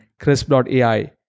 crisp.ai